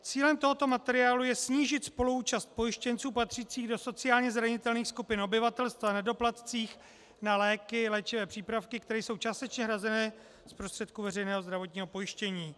Cílem tohoto materiálu je snížit spoluúčast pojištěnců patřících do sociálně zranitelných skupin obyvatelstva na doplatcích na léky, léčivé přípravky, které jsou částečně hrazené z prostředků veřejného zdravotního pojištění.